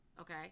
Okay